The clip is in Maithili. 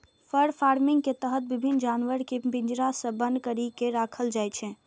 फर फार्मिंग के तहत विभिन्न जानवर कें पिंजरा मे बन्न करि के राखल जाइ छै